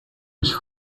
ich